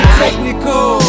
technical